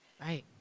right